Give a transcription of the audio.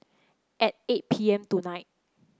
at eight P M tonight